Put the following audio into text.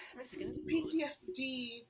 PTSD